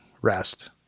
rest